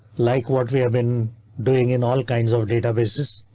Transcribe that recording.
like what we have been doing in all kinds of databases.